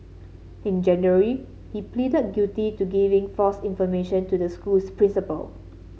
in January he pleaded guilty to giving false information to the school's principal